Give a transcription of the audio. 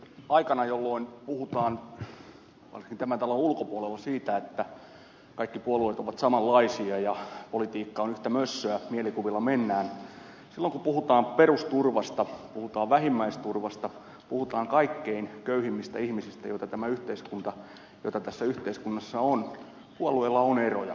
aikana jolloin puhutaan varsinkin tämän talon ulkopuolella siitä että kaikki puolueet ovat samanlaisia ja politiikka on yhtä mössöä mielikuvilla mennään silloin kun puhutaan perusturvasta puhutaan vähimmäisturvasta puhutaan kaikkein köyhimmistä ihmisistä joita tässä yhteiskunnassa on puolueilla on eroja